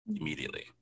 immediately